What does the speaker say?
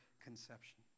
conception